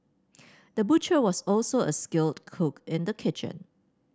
the butcher was also a skilled cook in the kitchen